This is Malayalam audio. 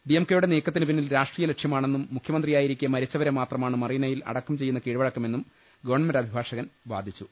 ഡി എം കെയുടെ നീക്കത്തിനു പിന്നിൽ രാഷ്ട്രീയ ലക്ഷ്യമാണെന്നും മുഖ്യമന്ത്രിയായിരിക്കെ മരി ച്ചുവരെ മാത്രമാണ് മറീനയിൽ അടക്കം ചെയ്യുന്ന കീഴ്വഴ ക്കമെന്നും ഗവൺമെന്റ് അഭിഭാഷകൻ വാദിച്ചു